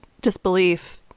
disbelief